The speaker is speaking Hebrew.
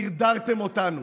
דרדרתם אותנו,